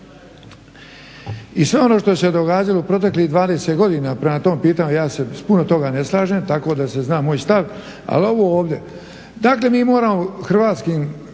I sve ono što se događalo proteklih 20 godina prema tom pitanju ja se s puno toga ne slažem, tako da se zna moj stav. Dakle mi moramo hrvatskim